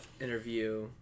interview